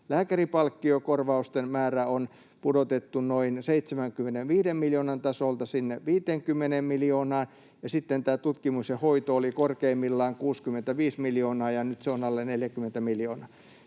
Lääkärinpalkkiokorvausten määrää on pudotettu noin 75 miljoonan tasolta sinne 50 miljoonaan, ja sitten tämä tutkimus ja hoito oli korkeimmillaan 65 miljoonaa ja nyt se on alle 40 miljoonaa.